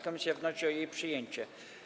Komisja wnosi o jej przyjęcie.